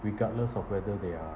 regardless of whether they are